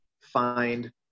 find